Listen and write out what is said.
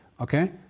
Okay